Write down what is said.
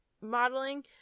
modeling